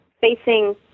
facing